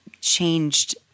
changed